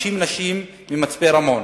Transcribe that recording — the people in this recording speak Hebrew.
50 נשים ממצפה-רמון